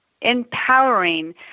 empowering